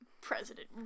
President